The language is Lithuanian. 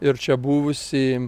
ir čia buvusį